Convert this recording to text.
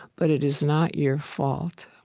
but it is not your fault.